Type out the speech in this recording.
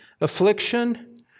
affliction